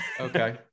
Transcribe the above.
Okay